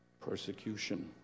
Persecution